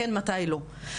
יודע להגיד מתי כן ומתי לא.